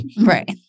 right